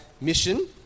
mission